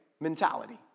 mentality